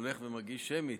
הולך ומגיש שמית.